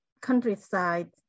countryside